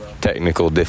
Technical